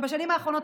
בשנים האחרונות,